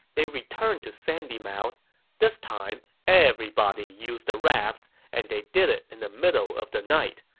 they returned to sandymouth. this time, everybody used the rafts, and they did it in the middle of the night.